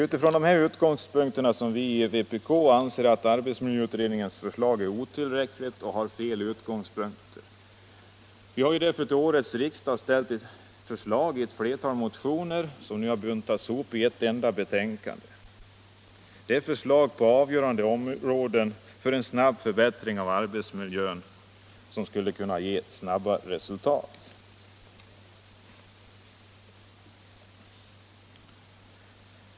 Utifrån dessa utgångspunkter anser vi inom vpk att arbetsmiljöutredningens förslag är otillräckligt. Vi har därför till årets riksdag framställt förslag i ett flertal motioner, vilka nu har buntats ihop i ett enda betänkande. Det är förslag på avgörande områden för en snabb förbättring av arbetsmiljön.